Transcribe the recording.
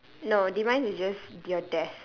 no demise is just your death